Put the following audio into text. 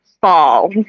fall